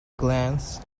glance